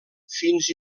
fins